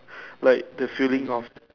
like the feeling of